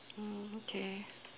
mm okay